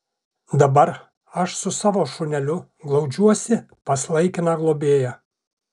dabar aš su savo šuneliu glaudžiuosi pas laikiną globėją